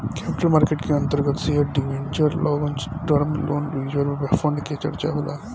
capital market के अंतर्गत share debenture long term loan reserve fund के चर्चा होला